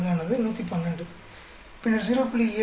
4 ஆனது 112 பின்னர் 0